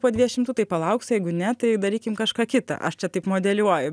po dviej šimtų tai palauks o jeigu ne tai darykim kažką kitą aš čia taip modeliuoju